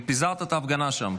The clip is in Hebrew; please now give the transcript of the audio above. פיזרת את ההפגנה שם,